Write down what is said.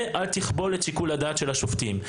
ולא לכבול את שיקול הדעת של השופטים.